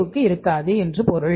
க்கு இருக்காது என்று பொருள்